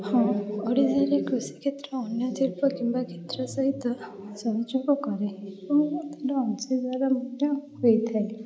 ହଁ ଓଡ଼ିଶାରେ କୃଷି କ୍ଷେତ୍ର ଅନ୍ୟ ଶିଳ୍ପ କିମ୍ବା କ୍ଷେତ୍ର ସହିତ ସହଯୋଗ କରେ ଏବଂ ଗୋଟେ ଅଂଶୀଦାର ମଧ୍ୟ ହୋଇଥାଏ